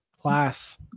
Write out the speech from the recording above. class